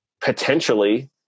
potentially